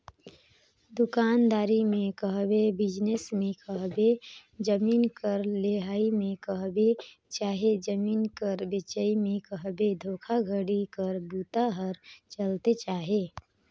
दुकानदारी में कहबे, बिजनेस में कहबे, जमीन कर लेहई में कहबे चहे जमीन कर बेंचई में कहबे धोखाघड़ी कर बूता हर चलते अहे